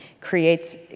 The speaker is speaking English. creates